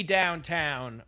downtown